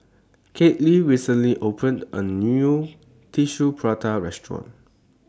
Kyleigh recently opened A New Tissue Prata Restaurant